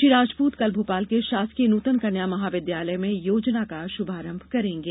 श्री राजपूत कल भोपाल के शासकीय नूतन कन्या महाविद्यालय में योजना का शुभारंभ करेंगे